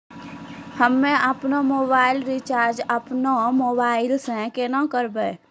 हम्मे आपनौ mobile recharge आपनौ मोबाइल से केना करवै?